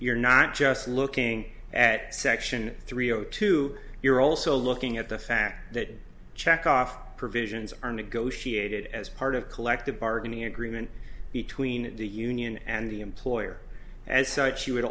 you're not just looking at section three o two you're also looking at the fact that check off provisions are negotiated as part of collective bargaining agreement between the union and the employer as such you